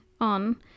on